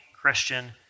Christian